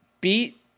beat